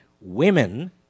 women